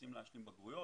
רוצים להשלים בגרויות.